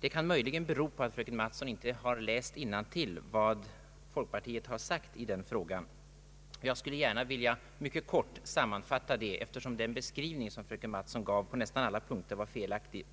Det kan möjligen bero på att fröken Mattson inte har läst innantill vad folkpartiet sagt i den frågan. Jag skulle gärna vilja mycket kort sammanfatta det, eftersom den beskrivning fröken Mattson gav på nästan alla punkter var felaktig.